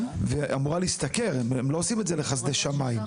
הן אמורות להשתכר; הן לא עושות את זה לחסדי שמיים,